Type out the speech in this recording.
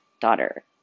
daughter